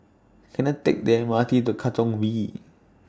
Can I Take The M R T to Katong V